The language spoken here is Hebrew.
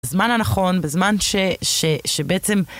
בזמן הנכון, בזמן שבעצם...